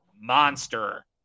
monster